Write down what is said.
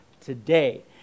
today